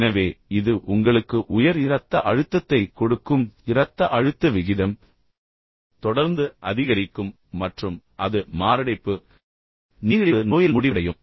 எனவே இது உங்களுக்கு உயர் இரத்த அழுத்தத்தைக் கொடுக்கும் இரத்த அழுத்த விகிதம் தொடர்ந்து அதிகரிக்கும் மற்றும் பின்னர் அது மாரடைப்பு நீரிழிவு நோயில் முடிவடையும்